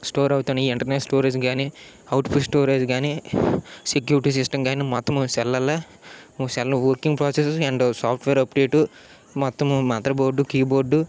store అవుతున్నాయి internal storage కానీ output storage కానీ సెక్యూరిటీ సిస్టమ్ కానీ మొత్తం సెల్లల్లా cell working process and software update మొత్తం మదర్ బోర్డు కీబోర్డు